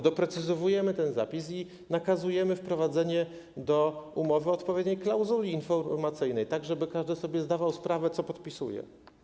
Doprecyzowujemy ten zapis i nakazujemy wprowadzenie do umowy odpowiedniej klauzuli informacyjnej, żeby każdy sobie zdawał sprawę z tego, co podpisuje.